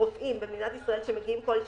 רופאים שמגיעים למדינת ישראל בכל שנה,